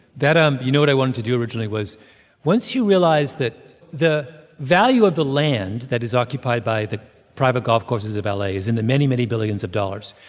that um you know, what i wanted to do originally was once you realize that the value of the land that is occupied by the private golf courses of la and is in the many, many billions of dollars,